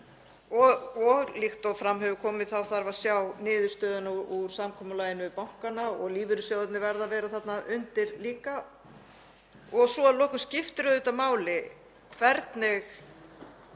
Líkt og fram hefur komið þarf að sjá niðurstöður úr samkomulaginu við bankana og lífeyrissjóðirnir verða að vera þarna undir líka. Svo að lokum skiptir auðvitað máli hvernig